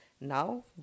now